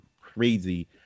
crazy